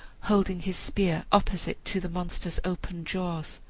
holding his spear opposite to the monster's opened jaws.